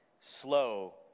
slow